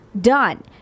done